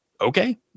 okay